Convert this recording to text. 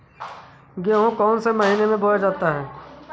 गेहूँ कौन से महीने में बोया जाता है?